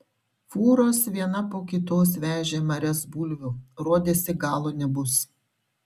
fūros viena po kitos vežė marias bulvių rodėsi galo nebus